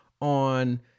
on